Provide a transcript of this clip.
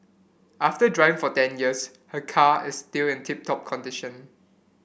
after drive for ten years her car is still in tip top condition